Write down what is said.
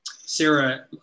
Sarah